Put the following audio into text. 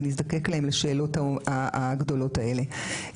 ונזדקק להם בשאלות הגדולות האלה.